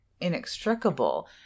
inextricable